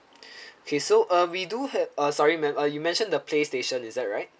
okay so um we do have uh sorry ma'am uh you mentioned the playstation is that right